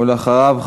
ואחריו,